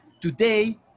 Today